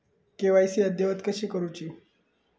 KYC अद्ययावत कशी करुची?